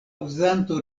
uzanto